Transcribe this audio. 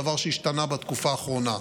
דבר שהשתנה בתקופה האחרונה.